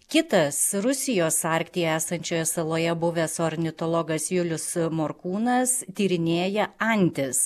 kitas rusijos arktyje esančioje saloje buvęs ornitologas julius morkūnas tyrinėja antis